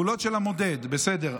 בכפולות של המודד, בסדר.